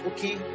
Okay